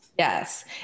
Yes